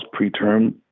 preterm